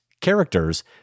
characters